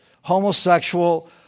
homosexual